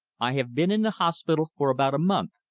i have been in the hospital for about a month,